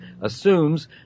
assumes